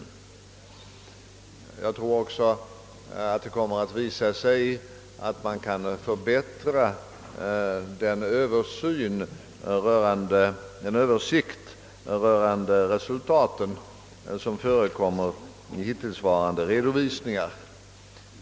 Jag tror också att det kommer att visa sig att man kan förbättra den översikt av resultaten som förekommer i hittillsvarande redovisningar.